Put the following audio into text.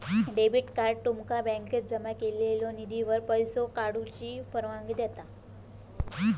debit card तुमका बँकेत जमा केलेल्यो निधीवर पैसो काढूची परवानगी देता